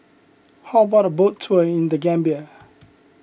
how about a boat tour in the Gambia